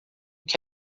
que